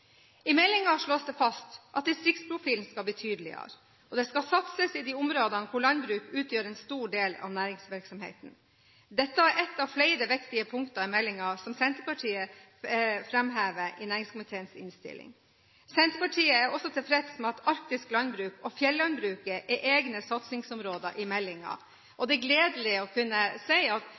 I meldingen slås det fast at distriktsprofilen skal bli tydeligere, og det skal satses i de områdene hvor landbruk utgjør en stor del av næringsvirksomheten. Dette er ett av flere viktige punkter i meldingen som Senterpartiet framhever i næringskomiteens innstilling. Senterpartiet er også tilfreds med at arktisk landbruk og fjellandbruket er egne satsingsområder i meldingen. Det er gledelig å kunne si at